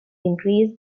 increase